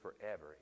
forever